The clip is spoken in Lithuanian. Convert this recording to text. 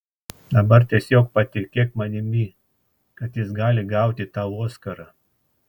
dabar tiesiog patikėk manimi kad jis gali gauti tau oskarą